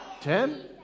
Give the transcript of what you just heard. Ten